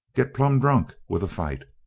get plumb drunk with a fight!